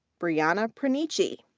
brianna panici.